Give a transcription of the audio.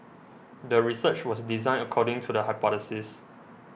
the research was designed according to the hypothesis